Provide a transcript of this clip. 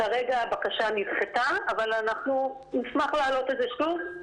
כרגע הבקשה נדחתה, אבל נשמח להעלות את זה שוב,